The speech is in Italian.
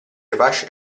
apache